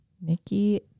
Nikki